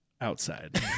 Outside